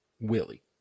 Willie